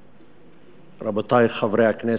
תודה, רבותי חברי הכנסת,